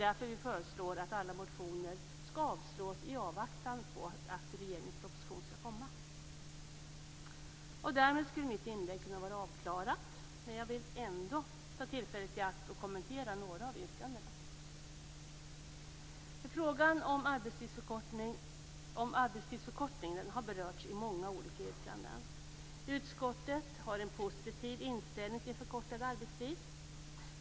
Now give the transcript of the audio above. Därför föreslår vi att alla motioner skall avslås i avvaktan på regeringens proposition. Därmed skulle mitt inlägg kunna vara avklarat, men jag vill ändå ta tillfället i akt att kommentera några av yrkandena. Frågan om arbetstidsförkortning har berörts i många olika yrkanden. Utskottet har en positiv inställning till förkortad arbetstid.